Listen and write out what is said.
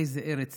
איזו ארץ